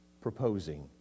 proposing